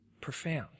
profound